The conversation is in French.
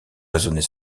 raisonner